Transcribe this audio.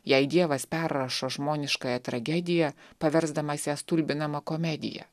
jei dievas perrašo žmoniškąją tragediją paversdamas ją stulbinama komedija